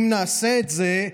אם נעשה את זה,